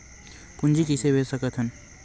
पूंजी कइसे भेज सकत हन?